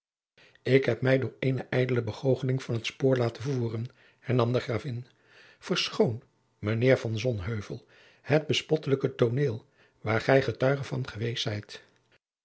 ik heb mij door eene ijdele begoocheling van t spoor laten voeren hernam de gravin verschoon mijnheer van sonheuvel het bespottelijke tooneel waar gij getuige van geweest zijt